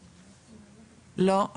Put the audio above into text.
לא?